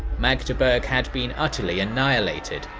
magdeburg had been utterly annihilated,